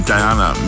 Diana